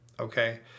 Okay